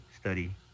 study